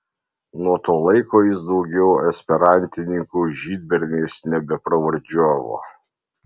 nuo to laiko jis daugiau esperantininkų žydberniais nebepravardžiavo